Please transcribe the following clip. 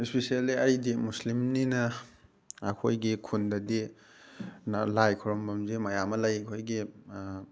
specially ꯑꯩꯗꯤ ꯃꯨꯁꯂꯤꯝꯅꯤꯅ ꯑꯩꯈꯣꯏꯒꯤ ꯈꯨꯟꯗꯗꯤ ꯂꯥꯏ ꯈꯨꯔꯨꯝꯐꯝꯁꯦ ꯃꯌꯥꯝ ꯑꯃ ꯂꯩ ꯑꯩꯈꯣꯏꯒꯤ